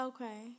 Okay